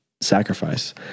sacrifice